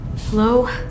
Hello